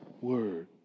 word